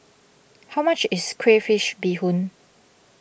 how much is Crayfish BeeHoon